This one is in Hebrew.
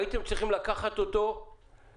הייתם צריכים לקחת אותו כמסייע